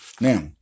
Now